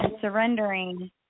surrendering